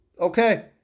okay